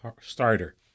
starter